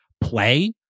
play